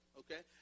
okay